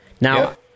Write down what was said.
Now